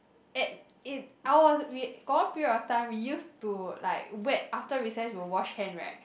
and it our we got period of time we used to like wet after recess will wash hand right